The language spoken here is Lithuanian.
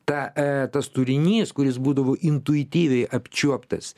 tą e tas turinys kuris būdavo intuityviai apčiuoptas